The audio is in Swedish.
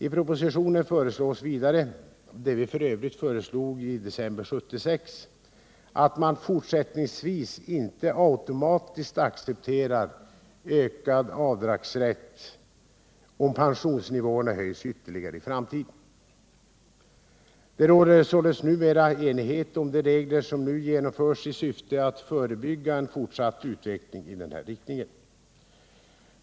I propositionen föreslås vidare, vilket vi f. ö. föreslog i december 1976, att man fortsättningsvis inte automatiskt accepterar en ökning av avdragsrätten, om pensionsnivåerna höjs ytterligare i framtiden. Det råder således numera enighet om de regler som nu genomförs i syfte att förebygga en fortsatt utveckling i denna riktning.